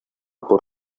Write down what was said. por